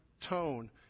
tone